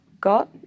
got